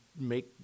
make